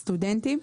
סטודנטים.